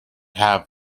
have